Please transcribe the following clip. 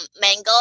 mango